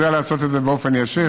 הוא יודע לעשות את זה באופן ישיר.